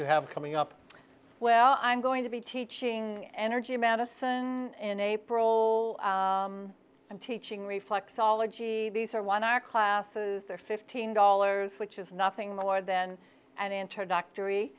you have coming up well i'm going to be teaching energy medicine in april and teaching reflexology these are one our classes they're fifteen dollars which is nothing more than an introductory